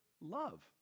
love